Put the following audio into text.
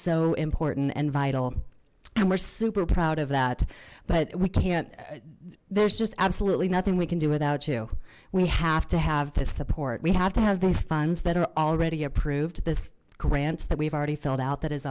so important and vital and we're super proud of that but we can't there's just absolutely nothing we can do without you we have to have the support we have to have these funds that are already approved this grants that we've already filled out that has